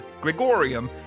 Gregorium